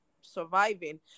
surviving